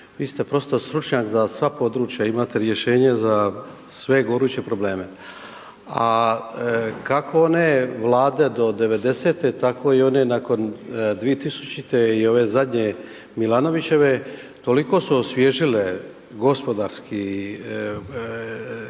vi ste prosto stručnjak za sva područja, imate rješenje za sve goruće probleme. A kako one vlade do devedesete tako i one nakon 2000. i ove zadnje Milanovićeve toliko su osvježile gospodarski